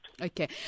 Okay